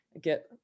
get